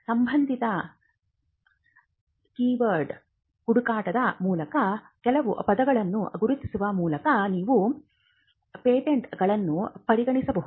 ಸಂಬಂಧಿತ ಕೀವರ್ಡ್ ಹುಡುಕಾಟದ ಮೂಲಕ ಕೆಲವು ಪದಗಳನ್ನು ಗುರುತಿಸುವ ಮೂಲಕ ನೀವು ಪೇಟೆಂಟ್ ಗಳನ್ನು ಪರಿಗಣಿಸಬಹುದು